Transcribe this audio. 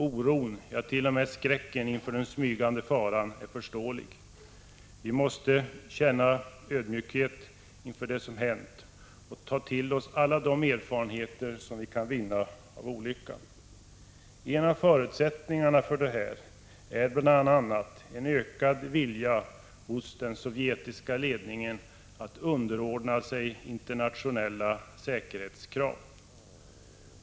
Oron, jat.o.m. skräcken inför den smygande faran är förståelig. Vi måste känna ödmjukhet inför det som hänt och ta till oss alla de erfarenheter som vi kan vinna av olyckan. En av förutsättningarna för detta är bl.a. en ökad vilja hos den sovjetiska ledningen att underordna sig internationella säkerhetskrav.